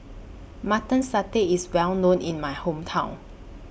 Mutton Satay IS Well known in My Hometown